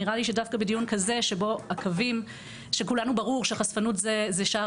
נראה לי שדווקא בדיון כזה שבו לכולנו ברור שהחשפנות זה שער